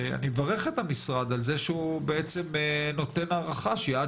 ואני מברך את המשרד על זה שהוא בעצם נותן הערכה שהיא עד